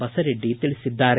ಬಸರೆಡ್ಡಿ ತಿಳಿಸಿದ್ದಾರೆ